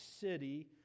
city